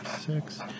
six